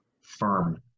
firm